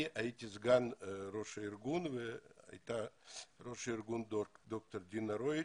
אני הייתי סגן ראש הארגון וראש הארגון הייתה דוקטור דינה רויטש.